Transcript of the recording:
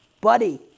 buddy